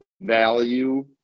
value